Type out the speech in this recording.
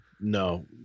no